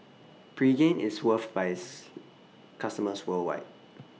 Pregain IS loved By its customers worldwide